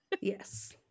Yes